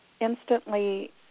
instantly